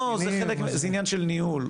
לא, זה עניין של ניהול.